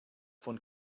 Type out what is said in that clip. von